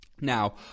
Now